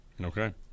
Okay